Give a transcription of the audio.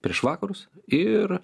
prieš vakarus ir